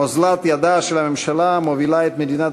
אוזלת ידה של הממשלה המובילה את מדינת